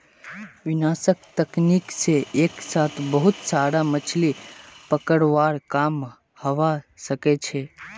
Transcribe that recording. विनाशक तकनीक से एक साथ बहुत सारा मछलि पकड़वार काम हवा सके छे